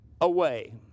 away